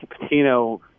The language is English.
Patino